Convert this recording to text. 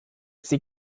sie